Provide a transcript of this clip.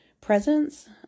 presence